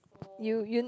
you you